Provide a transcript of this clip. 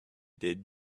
did